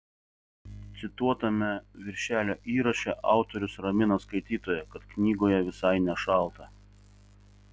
cituotame viršelio įraše autorius ramina skaitytoją kad knygoje visai nešalta